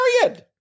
Period